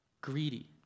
greedy